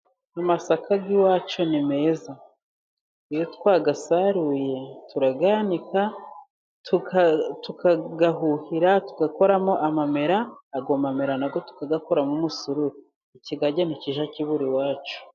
Amasaka y'iwacu ni meza. Iyo twayasaruye turayanika, tuyahuhira tugakoramo amamera, ayo mamera nayo tukayakoramo umusururu. Ikigage ntikizajye kibura iwacu.